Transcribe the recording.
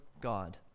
God